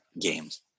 games